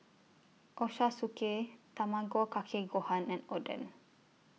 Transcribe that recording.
Ochazuke Tamago Kake Gohan and Oden